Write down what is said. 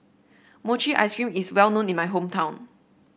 Mochi Ice Cream is well known in my hometown